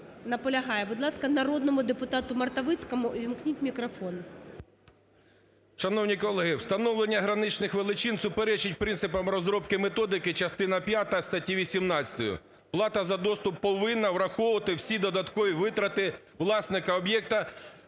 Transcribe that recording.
Наполягає. Будь ласка, народному депутату Мартовицькому увімкніть мікрофон. 16:44:32 МАРТОВИЦЬКИЙ А.В. Шановні колеги, встановлення граничних величин суперечить принципам розробки методики (частина п'ята статті 18). Плата за доступ повинна враховувати всі додаткові витрати власника об'єкту